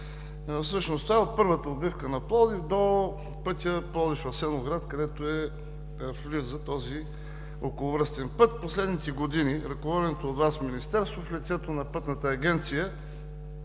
Всъщност това е от първата отбивка на Пловдив до пътя Пловдив – Асеновград, където влиза този околовръстен път. Последните години ръководеното от Вас Министерство в лицето на Пътната агенция